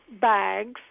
bags